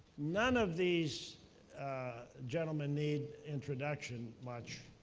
none of these gentlemen need introduction much.